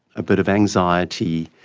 a bit of anxiety,